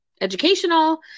educational